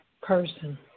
person